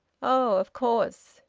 oh! of course!